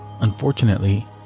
Unfortunately